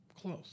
close